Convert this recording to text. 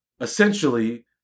essentially